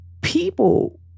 people